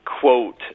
quote